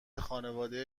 خانواده